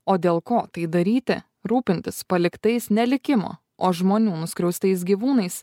o dėl ko tai daryti rūpintis paliktais ne likimo o žmonių nuskriaustais gyvūnais